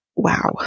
wow